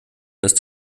ist